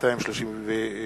בעלי-חיים (הגנה על בעלי-חיים)